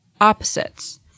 opposites